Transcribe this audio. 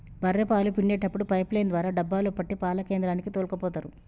బఱ్ఱె పాలు పిండేప్పుడు పైపు లైన్ ద్వారా డబ్బాలో పట్టి పాల కేంద్రానికి తోల్కపోతరు